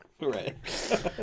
Right